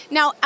Now